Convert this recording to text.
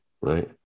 right